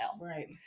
right